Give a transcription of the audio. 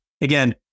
again